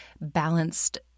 balanced